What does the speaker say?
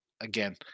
Again